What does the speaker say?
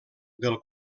del